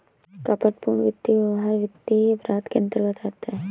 कपटपूर्ण वित्तीय व्यवहार वित्तीय अपराध के अंतर्गत आता है